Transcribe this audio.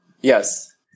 Yes